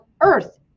earth